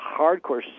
hardcore